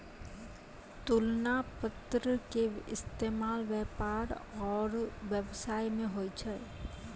तुलना पत्र के इस्तेमाल व्यापार आरु व्यवसाय मे होय छै